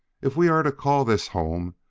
if we are to call this home,